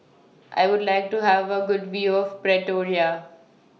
I Would like to Have A Good View of Pretoria